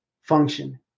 function